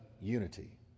unity